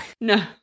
No